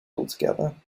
altogether